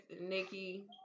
Nikki